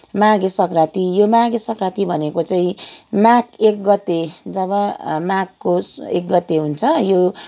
माघे सङ्क्रान्ति यो माघे सङ्क्रान्ति चाहिँ माघ एक गते जब माघको एक गते हुन्छ यो